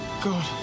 God